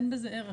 אין בזה ערך,